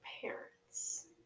parents